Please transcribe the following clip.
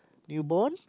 new born